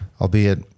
Albeit